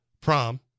prom